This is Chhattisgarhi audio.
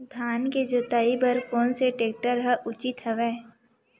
धान के जोताई बर कोन से टेक्टर ह उचित हवय?